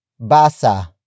Basa